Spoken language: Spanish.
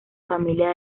familia